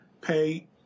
pay